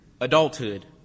adulthood